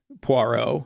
Poirot